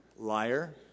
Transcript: liar